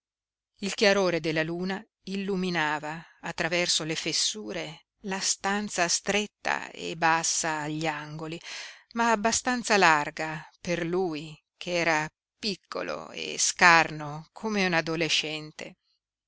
il chiarore della luna illuminava attraverso le fessure la stanza stretta e bassa agli angoli ma abbastanza larga per lui che era piccolo e scarno come un adolescente